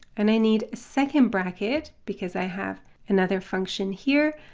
and i need a second bracket because i have another function here,